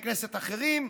שלחברי כנסת אחרים.